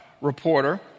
reporter